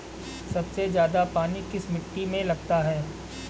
सबसे ज्यादा पानी किस मिट्टी में लगता है?